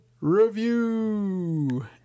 Review